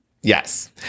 Yes